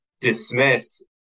dismissed